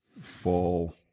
fall